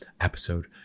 episode